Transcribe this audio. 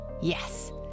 Yes